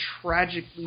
tragically